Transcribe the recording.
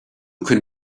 can